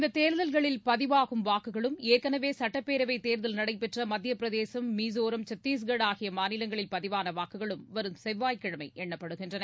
இந்த தேர்தல்களில் பதிவாகும் வாக்குகளும் ஏற்களவே சுட்டப்பேரவை தேர்தல் நடைபெற்ற மத்திய பிரதேசம் மிஸோரம் சத்தீஸ்கட் ஆகிய மாநிலங்களில் பதிவான வாக்குகளும் வரும் செவ்வாய்கிழமை எண்ணப்படுகின்றன